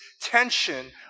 tension